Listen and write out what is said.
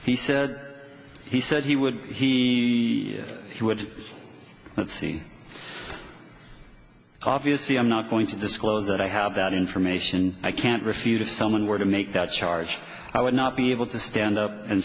he said he said he would he he would not see obviously i'm not going to disclose that i have that information i can't refute if someone were to make that charge i would not be able to stand up and